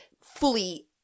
fully